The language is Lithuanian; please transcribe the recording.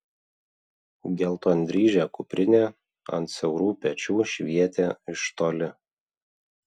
geltondryžė kuprinė ant siaurų pečių švietė iš toli